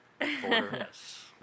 Yes